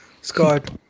Scott